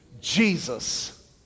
Jesus